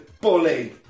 bully